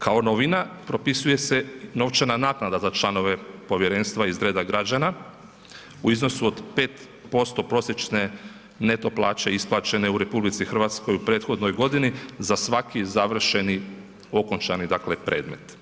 Kao novina propisuje se novčana naknada za članove povjerenstva iz reda građana u iznosu od 5% prosječne neto plaće isplaćene u RH u prethodnoj godini za svaki završeni okončani dakle predmet.